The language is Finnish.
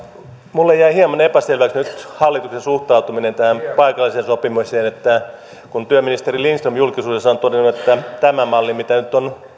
minulle jäi hieman epäselväksi nyt hallituksen suhtautuminen tähän paikalliseen sopimiseen kun työministeri lindström julkisuudessa on todennut että tämä malli mitä nyt on